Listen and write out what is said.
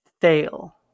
fail